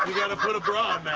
to put a bra